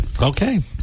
Okay